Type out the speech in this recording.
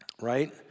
right